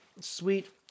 sweet